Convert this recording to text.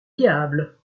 diables